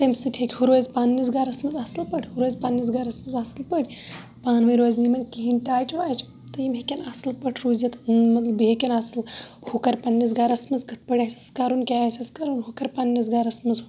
تمہ سۭتۍ ہیٚکہِ ہُہ روزِ پَننِس گَرَس مَنٛز اَصل پٲٹھۍ ہہُ روز پَننِس گَرَس مَنٛز اَصل پٲٹھۍ پانہٕ ؤنۍ روزِ نہٕ یِمَن کِہِنۍ ٹَچ وَچ تہٕ یِم ہیٚکن اَصل پٲٹھۍ روٗزِتھ مَطلَب بییٚہِ ہیٚکن اَصل ہُہ کَرٕ پَننِس گَرَس مَنٛز کِتھ پٲٹھۍ آسٮ۪س کَرُن کیاہ آسٮ۪س کَرُن ہُہ کَرٕ پَننِس گَرَس مَنٛز